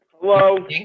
Hello